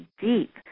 deep